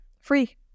Free